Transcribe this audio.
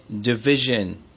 division